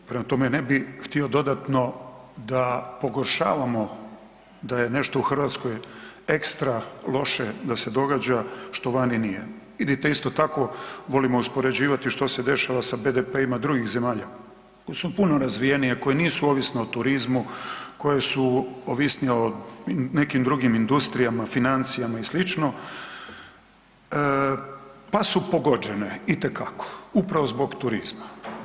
Prema tome, ne bi htio dodatno da pogoršavamo da je nešto u Hrvatskoj extra loše da se događa što vani nije ili to isto tako volimo uspoređivati što se dešava sa BDP-ima drugih zemalja koje su puno razvijenije, koje nisu ovisne o turizmu, koje su ovisnije o nekim drugim industrijama, financijama i slično pa su pogođene itekako upravo zbog turizma.